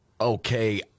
okay